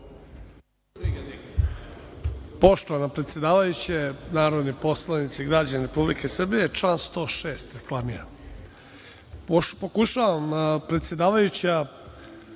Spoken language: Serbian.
Poštovana predsedavajuća, narodni poslanici, građani Republike Srbije, član 106.